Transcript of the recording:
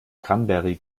cranberry